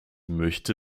möchte